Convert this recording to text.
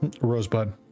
rosebud